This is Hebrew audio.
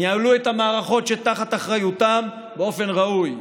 ניהלו את המערכות שתחת אחריותם באופן ראוי.